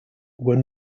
were